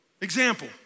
Example